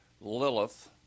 Lilith